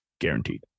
guaranteed